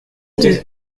deux